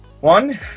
One